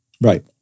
Right